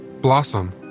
Blossom